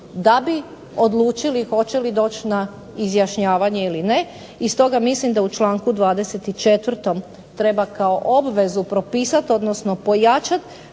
da bi odlučili hoće li doći na izjašnjavanje ili ne. I stoga mislim da u članku 24. treba kao obvezu propisati, odnosno pojačati